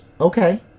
Okay